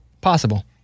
Possible